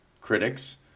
critics